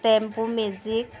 tempo magic